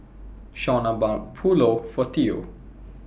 Shauna bought Pulao For Theo